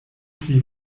pli